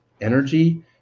Energy